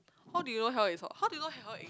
how do you know hell is hot how do you know hell e~